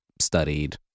studied